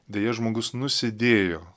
deja žmogus nusidėjo